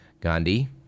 Gandhi